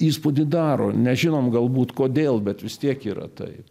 įspūdį daro nežinom galbūt kodėl bet vis tiek yra taip